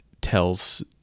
tells